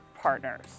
partners